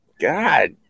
God